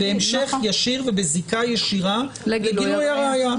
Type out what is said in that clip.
בהמשך ישיר ובזיקה ישירה לגילוי הראיה.